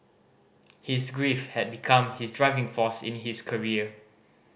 his grief had become his driving force in his career